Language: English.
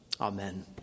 Amen